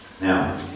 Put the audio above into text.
now